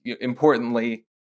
importantly